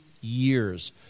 years